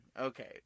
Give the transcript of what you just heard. okay